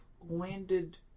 landed